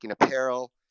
apparel